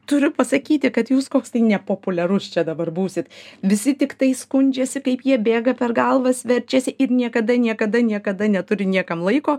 turiu pasakyti kad jūs koks tai nepopuliarus čia dabar būsit visi tiktai skundžiasi kaip jie bėga per galvas verčiasi ir niekada niekada niekada neturi niekam laiko